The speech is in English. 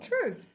True